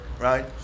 right